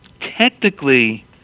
technically